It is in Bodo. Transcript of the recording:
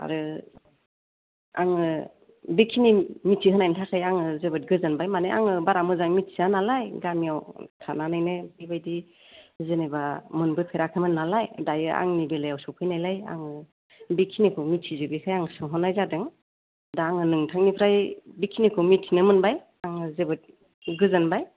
आरो आङो बेखिनि मिथिहोनायनि थाखाय आङो जोबोद गोजोनबाय माने आङो बारा मोजाङै मिथिया नालाय गामियाव थानानैनो बेबायदि जेनेबा मोनबोफेराखैमोन नालाय दायो आंनि बेलायाव सफैनायलाय आं बेखिनिखौ मिथिजोबैखाय आं सोंहरनाय जादों दा आङो नोंथांनिफ्राय बेखिनिखौ मिथिनो मोनबाय आङो जोबोद गोजोनबाय